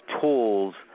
tools